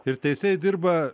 ir teisėjai dirba